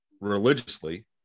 religiously